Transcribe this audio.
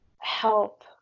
help